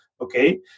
Okay